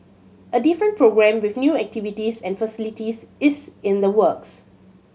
a different programme with new activities and facilities is in the works